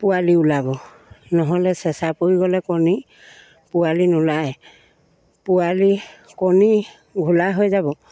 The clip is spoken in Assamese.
পোৱালি ওলাব নহ'লে চেঁচা পৰি গ'লে কণী পোৱালি নোলায় পোৱালি কণী ঘোলা হৈ যাব